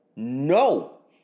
No